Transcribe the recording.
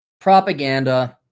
propaganda